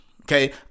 okay